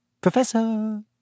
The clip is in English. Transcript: Professor